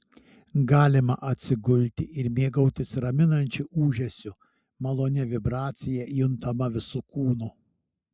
galima atsigulti ir mėgautis raminančiu ūžesiu malonia vibracija juntama visu kūnu